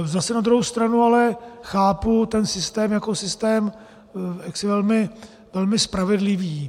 Zase na druhou stranu ale chápu ten systém jako systém velmi spravedlivý.